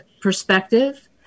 perspective